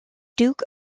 duke